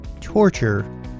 torture